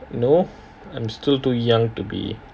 no I'm still too young to be